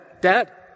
dad